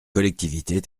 collectivités